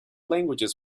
languages